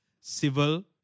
civil